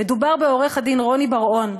'מדובר בעורך-הדין רוני בר-און,